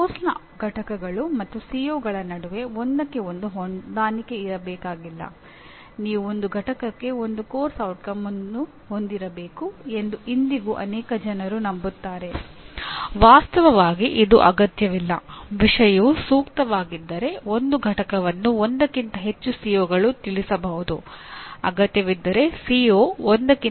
ವಾಸ್ತವಿಕವಾದಿಗಳು ವ್ಯಕ್ತಿಯ ಮನೋಭಾವ ಮತ್ತು ಸಾಮರ್ಥ್ಯಗಳಿಗೆ ಅನುಗುಣವಾಗಿ ಶಿಕ್ಷಣವನ್ನು ಬಯಸುತ್ತಾರೆ ವ್ಯಕ್ತಿಯನ್ನು ಗೌರವಿಸಬೇಕು ಮತ್ತು ಅವನ ಒಲವು ಮತ್ತು ಸಾಮರ್ಥ್ಯಗಳನ್ನು ಪೂರೈಸಲು ಶಿಕ್ಷಣವನ್ನು ಯೋಜಿಸಬೇಕು